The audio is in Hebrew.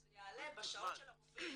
זה יעלה בשעות של הרופאים.